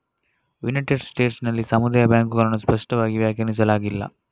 United States ನಲ್ಲಿ ಸಮುದಾಯ ಬ್ಯಾಂಕುಗಳನ್ನು ಸ್ಪಷ್ಟವಾಗಿ ವ್ಯಾಖ್ಯಾನಿಸಲಾಗಿಲ್ಲ